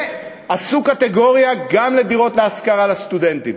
ועשו קטגוריה גם לדירות להשכרה לסטודנטים.